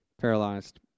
paralyzed